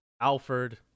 alfred